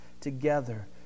together